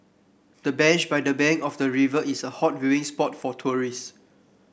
the bench by the bank of the river is a hot viewing spot for tourist